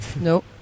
Nope